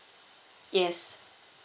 yes